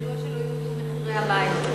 מדוע שלא יורדו מחירי המים?